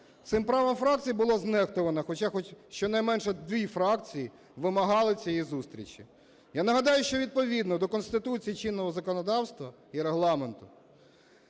Цим правом фракцій було знехтувано, хоча хоч, щонайменше, дві фракції вимагали цієї зустрічі. Я нагадаю, що відповідно до Конституції, чинного законодавства і Регламенту